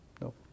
no